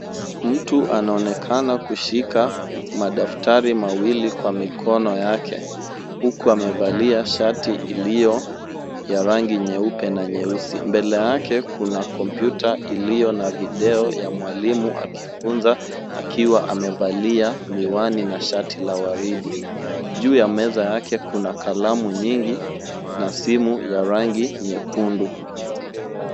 Mtu anaonekana kushika madaftari mawili kwa mikono yake huku amevalia shati iliyo ya rangi nyeupe na nyeusi. Mbele yake kuna kompyuta iliyo na video ya mwalimu akifunza akiwa amevalia miwani na shati la waridi. Juu ya meza yake kuna kalamu nyingi na simu ya rangi nyekundu.